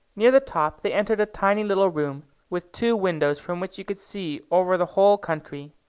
near the top they entered a tiny little room, with two windows from which you could see over the whole country.